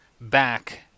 back